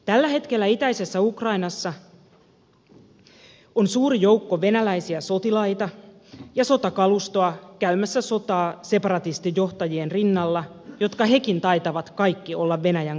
tällä hetkellä itäisessä ukrainassa on suuri joukko venäläisiä sotilaita ja sotakalustoa käymässä sotaa separatistijohtajien rinnalla jotka hekin taitavat kaikki olla venäjän kansalaisia